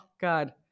God